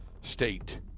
state